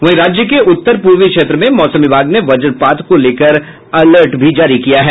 वहीं राज्य के उत्तर पूर्वी क्षेत्र में मौसम विभाग ने वज्रपात को लेकर अलर्ट जारी किया है